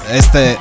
este